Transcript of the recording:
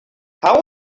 how